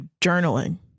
journaling